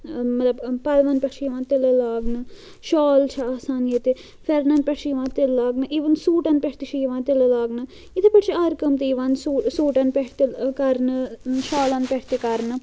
مطلب پَلوَن پٮ۪ٹھ چھِ یِوان تِلہٕ لاگنہٕ شال چھِ آسان ییٚتہِ فٮ۪رٛنَن پٮ۪ٹھ چھِ یِوان تِلہٕ لاگنہٕ اِوَن سوٗٹَن پٮ۪ٹھ تہِ چھِ یِوان تِلہٕ لاگنہٕ یِتھَے پٲٹھۍ چھِ آرِ کٲم تہِ یِوان سُہ سوٗٹَن پٮ۪ٹھ تِل کَرنہٕ شالَن پٮ۪ٹھ تہِ کَرنہٕ